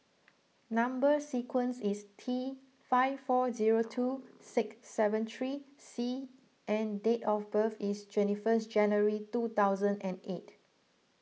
Number Sequence is T five four zero two six seven three C and date of birth is twenty first January two thousand and eight